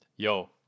Yo